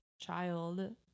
child